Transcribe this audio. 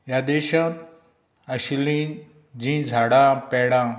ह्या देशांत आशिल्लीं जी झाडां पेडां